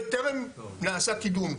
וטרם נעשה קידום.